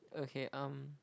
okay um